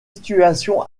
situation